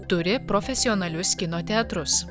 turi profesionalius kino teatrus